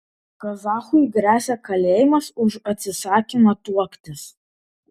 kazachui gresia kalėjimas už atsisakymą tuoktis